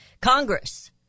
Congress